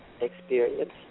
experience